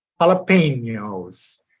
jalapenos